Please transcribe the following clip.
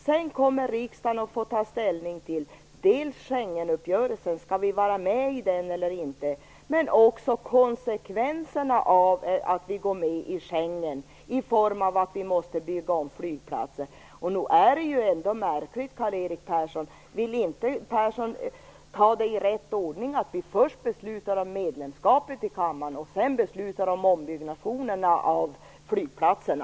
Sedan kommer riksdagen att få ta ställning dels till om vi skall vara med i Schengenuppgörelsen eller inte, dels till konsekvenserna av att vi går med, i form av att vi måste bygga om flygplaster. Nog är det ändå märkligt - vill inte Karl-Erik Persson ta det i rätt ordning? Först beslutar vi om medlemskapet i kammaren och sedan beslutar vi om ombyggnationerna av flygplatserna.